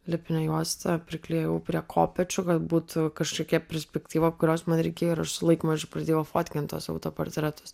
lipnia juosta priklijavau prie kopėčių kad būtų kažkokia perspektyva kurios man reikėjo ir aš su laikmačiu pradėjau fotkint tuos autoportretus